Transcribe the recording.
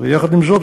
ויחד עם זאת,